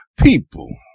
people